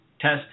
test